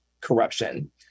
corruption